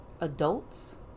adults